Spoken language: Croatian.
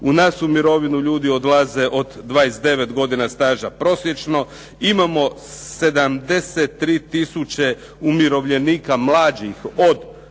U nas u mirovinu odlaze od 29 godina staža prosječno. Imamo 73 tisuće umirovljenika mlađih od